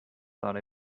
thought